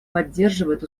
поддерживает